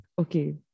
okay